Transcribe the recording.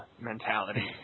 mentality